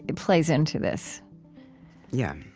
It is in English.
plays into this yeah,